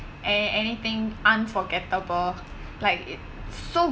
a~ anything unforgettable like it's so